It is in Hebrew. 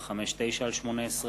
חברי הכנסת,